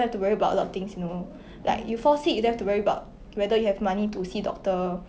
like money can buy you happiness but like 是那种短时间的 because